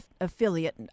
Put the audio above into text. affiliate